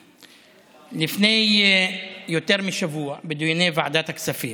לפני יותר משבוע, בדיוני ועדת הכספים,